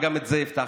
וגם את זה הבטחתם,